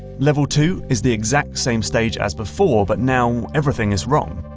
level two is the exact same stage as before but now everything is wrong.